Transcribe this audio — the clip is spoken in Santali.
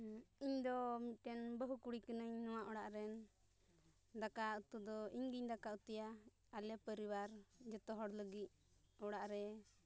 ᱤᱧᱫᱚ ᱢᱤᱫᱴᱮᱱ ᱵᱟᱹᱦᱩ ᱠᱩᱲᱤ ᱠᱟᱹᱱᱟᱹᱧ ᱱᱚᱣᱟ ᱚᱲᱟᱜ ᱨᱮᱱ ᱫᱟᱠᱟ ᱩᱛᱩ ᱫᱚ ᱤᱧᱜᱤᱧ ᱫᱟᱠᱟ ᱩᱛᱩᱭᱟ ᱟᱞᱮ ᱯᱚᱨᱤᱵᱟᱨ ᱡᱚᱛᱚᱦᱚᱲ ᱞᱟᱹᱜᱤᱫ ᱚᱲᱟᱜ ᱨᱮ